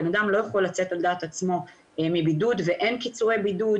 אדם לא יכול לצאת על דעת עצמו מבידוד ואין קיצורי בידוד.